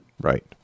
Right